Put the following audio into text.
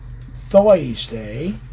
Thursday